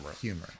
humor